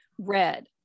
Red